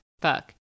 fuck